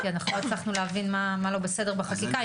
כי אנחנו לא הצלחנו להבין מה לא בסדר בחקיקה,